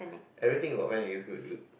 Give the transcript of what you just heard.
everything about the band is good is good